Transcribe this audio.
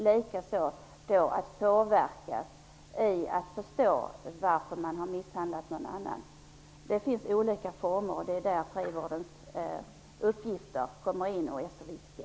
Likaså kan man påverkas att förstå varför man har misshandlat någon annan. Det finns olika former. Det är där frivårdens uppgifter kommer in och är så viktiga.